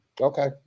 okay